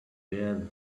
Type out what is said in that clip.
were